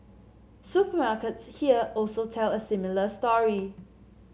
supermarkets here also tell a similar story